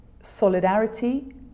solidarity